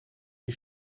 die